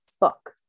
book